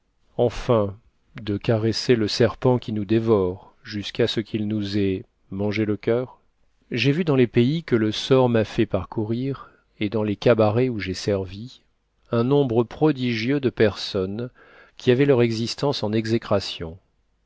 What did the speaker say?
enfin de caresser le serpent qui nous dévore jusqu'à ce qu'il nous ait mangé le coeur j'ai vu dans les pays que le sort m'a fait parcourir et dans les cabarets où j'ai servi un nombre prodigieux de personnes qui avaient leur existence en exécration